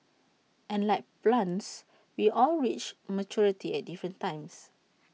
and like plants we all reach maturity at different times